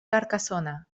carcassona